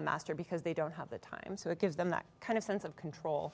master because they don't have the time so it gives them that kind of sense of control